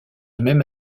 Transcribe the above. même